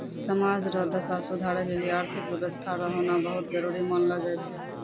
समाज रो दशा सुधारै लेली आर्थिक व्यवस्था रो होना बहुत जरूरी मानलौ जाय छै